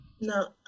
No